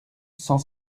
cent